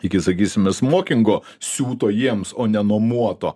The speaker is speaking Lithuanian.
iki sakysime smokingo siūto jiems o ne nuomoto